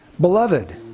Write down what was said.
beloved